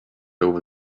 over